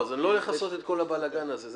לא, אני לא הולך לעשות את כל הבלאגן הזה.